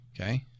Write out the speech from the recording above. Okay